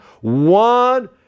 one